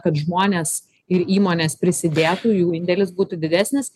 kad žmonės ir įmonės prisidėtų jų indėlis būtų didesnis